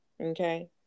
Okay